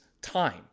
time